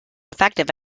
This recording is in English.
effective